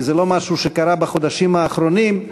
כי זה לא משהו שקרה בחודשים האחרונים,